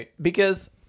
because-